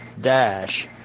Dash